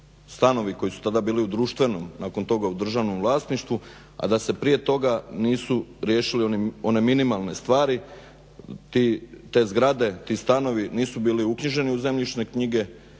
stanovi koji su tada bili u društvenom nakon toga u državnom vlasništvu, a da se prije toga nisu riješile one minimalne stvari. Te zgrade ti stanovi nisu bili uknjiženi u zemljišne knjige